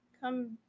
come